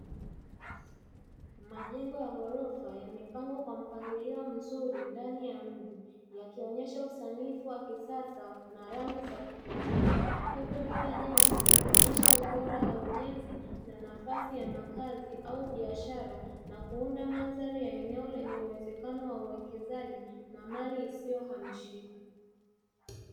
Majengo ya ghorofa yamepangwa kwa mpangilio mzuri ndani ya mji yakionyesha usanifu wa kisasa na rangi za kuvutia, huku kila jengo likionyesha ubora wa ujenzi na nafasi ya makazi au biashara na kuunda mandhari ya eneo lenye uwezekano wa uwekezaji na mali isiyohamishika.